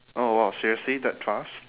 oh !wow! seriously that fast